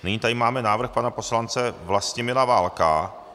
Nyní tady máme návrh pana poslance Vlastimila Válka.